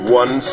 one